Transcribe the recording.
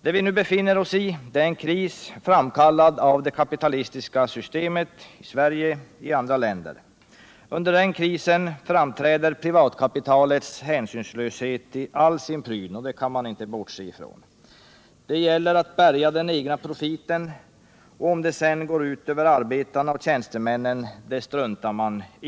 Det vi nu befinner oss i är en kris framkallad av det kapitalistiska systemet i Sverige och i andra länder. Under den krisen framträder privatkapitalets hänsynslöshet i all sin prydno. Det kan man inte bortse från. Det gäller att bärga den egna profiten, och om det sedan går ut över arbetarna och tjänstemännen struntar man i.